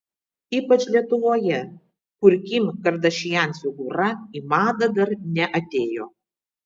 ypač lietuvoje kur kim kardashian figūra į madą dar neatėjo